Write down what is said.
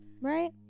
right